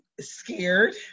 scared